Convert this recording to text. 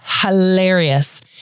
hilarious